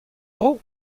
dro